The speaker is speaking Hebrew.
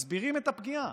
מסבירים את הפגיעה